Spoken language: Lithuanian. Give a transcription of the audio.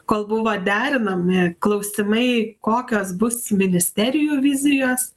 kol buvo derinami klausimai kokios bus ministerijų vizijos